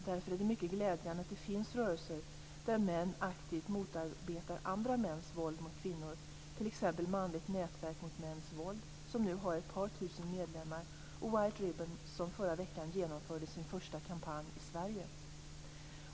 Därför är det mycket glädjande att det finns rörelser där män aktivt motarbetar andra mäns våld mot kvinnor, t.ex. Manligt nätverk mot mäns våld, som nu har ett par tusen medlemmar, och White Ribbon, som förra veckan genomförde sin första kampanj i Sverige.